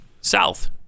south